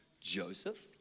Joseph